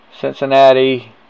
Cincinnati